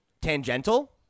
tangential